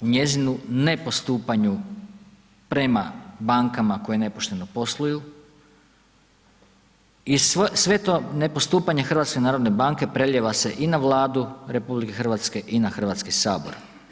u njezinu nepostupanju prema bankama koje nepošteno posluju i sve to nepostupanje HNB-a prelijeva se i na Vladu RH i na Hrvatski sabor.